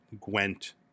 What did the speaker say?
Gwent